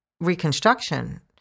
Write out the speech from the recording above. reconstruction